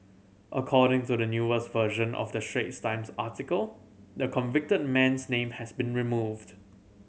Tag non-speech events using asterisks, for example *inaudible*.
according to the newest version of the *unintelligible* Times article the convicted man's name has been removed